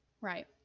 Right